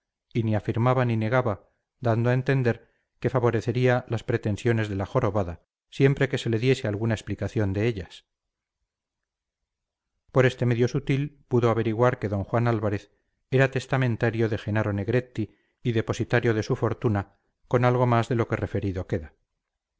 y ni afirmaba ni negaba dando a entender que favorecería las pretensiones de la jorobada siempre que se le diese alguna explicación de ellas por este medio sutil pudo averiguar que d juan álvarez era testamentario de jenaro negretti y depositario de su fortuna con algo más de lo que referido queda